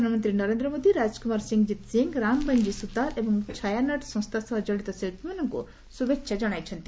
ପ୍ରଧାନମନ୍ତ୍ରୀ ନରେନ୍ଦ୍ର ମୋଦି ରାଜକୁମାର ସିଂହଜିତ୍ ସିଂ ରାମ ବଞ୍ଜି ସୂତାର ଏବଂ ଛ୍ରାନଟ୍ ସଂସ୍ଥା ସହ ଜଡ଼ିତ ଶିଳ୍ପୀମାନଙ୍କୁ ଶୁଭେଚ୍ଛା ଜଣାଇଛନ୍ତି